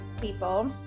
people